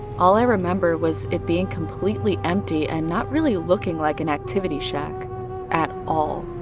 all i remember was it being completely empty and not really looking like an activity shack at all.